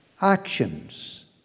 actions